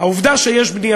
העובדה שיש בנייה,